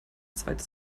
zweites